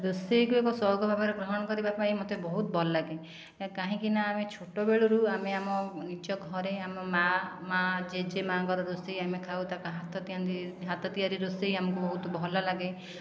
ରୋଷେଇକୁ ଏକ ସଉକ ଭାବରେ ଗ୍ରହଣ କରିବା ପାଇଁ ମୋତେ ବହୁତ ଭଲ ଲାଗେ କାହିଁକିନା ଆମେ ଛୋଟବେଳରୁ ଆମେ ଆମ ନିଜ ଘରେ ଆମ ମା' ମା' ଜେଜେମା'ଙ୍କର ରୋଷେଇ ଆମେ ଖାଉ ତାଙ୍କ ହାତ ହାତ ତିଆରି ରୋଷେଇ ଆମକୁ ବହୁତ ଭଲ ଲାଗେ